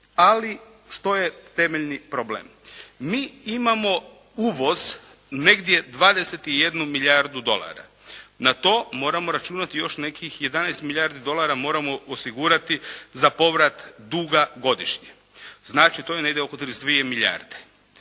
Ali što je temeljni problem? Mi imamo uvoz negdje 21 milijardu dolara. Na to moramo računati nekih 11 milijardi dolara moramo osigurati za povrat duga godišnje. Znači to je negdje oko 32 milijarde.